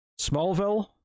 Smallville